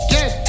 Get